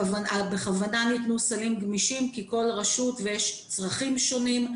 בכוונה ניתנו סלים גמישים כי לכל רשות יש צרכים שונים.